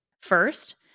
First